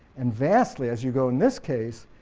and vastly as you go in this case,